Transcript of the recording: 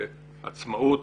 בעצמאות,